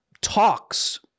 talks